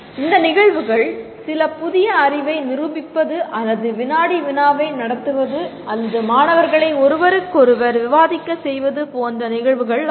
இந்த நிகழ்வுகள் சில புதிய அறிவை நிரூபிப்பது அல்லது வினாடி வினாவை நடத்துவது அல்லது மாணவர்களை ஒருவருக்கொருவர் விவாதிக்கச் செய்வது போன்ற நிகழ்வுகள் ஆகும்